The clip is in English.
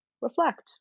reflect